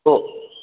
हो